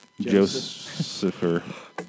Joseph